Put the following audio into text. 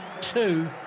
two